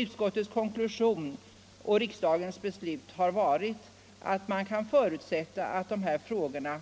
Utskottets konklusion och riksdagens beslut har blivit att man förutsätter att de här frågorna,